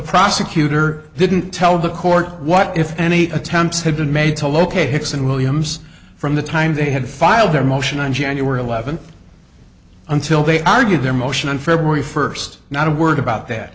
prosecutor didn't tell the court what if any attempts had been made to locate hicks and williams from the time they had filed their motion on january eleventh until they argued their motion on february first not a word about that